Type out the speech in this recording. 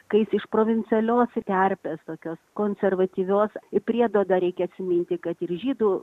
kai jis iš provincialios terpės tokios konservatyvios ir priedo dar reikia atsiminti kad ir žydų